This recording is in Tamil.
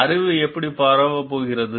அறிவு எப்படி பரவப் போகிறது